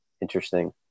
interesting